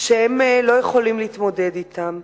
שהן לא יכולות להתמודד אתן.